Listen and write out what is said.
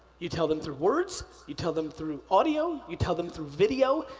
you tell them through words. you tell them through audio. you tell them through video.